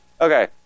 okay